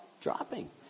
dropping